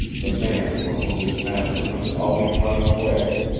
the man from whom his master was always running away,